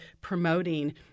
promoting